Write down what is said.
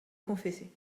confesser